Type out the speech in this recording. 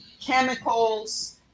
chemicals